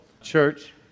church